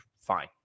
fine